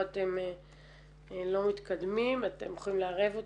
אתם לא מתקדמים אתם יכולים לערב אותי,